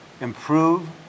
Improve